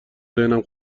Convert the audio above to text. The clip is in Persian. ذهنم